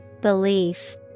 Belief